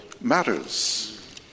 matters